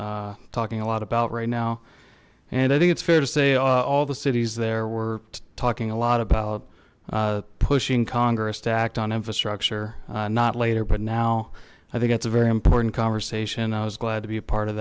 is talking a lot about right now and i think it's fair to say all the cities there were talking a lot about pushing congress to act on infrastructure not later but now i think that's a very important conversation i was glad to be a part of